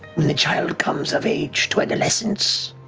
the child comes of age to adolescence,